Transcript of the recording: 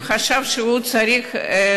אתמול,